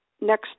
next